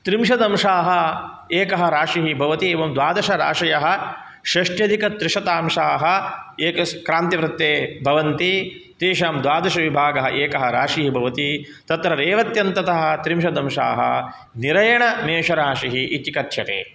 त्रिंशदंशाः एकः राशिः भवति एवं द्वादशराशयः षष्ट्यधिकत्रिशतांशाः एकस् क्रान्तिवृत्ते भवन्ति तेषां द्वादशविभागः एकः राशिः भवति तत्र रेवत्यन्ततः त्रिंशदंशाः निरेणमेषराशिः इति कथ्यते